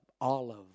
olive